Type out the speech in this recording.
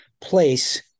place